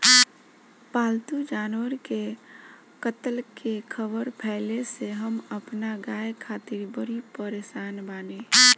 पाल्तु जानवर के कत्ल के ख़बर फैले से हम अपना गाय खातिर बड़ी परेशान बानी